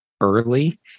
early